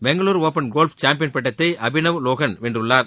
Bengaluru open golf champion பட்டத்தை அபினவ் லோஹன் வென்றுள்ளார்